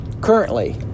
currently